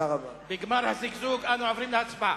בגמר הזיגזוג אנחנו עוברים להצבעה.